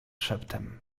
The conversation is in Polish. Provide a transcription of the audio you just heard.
szeptem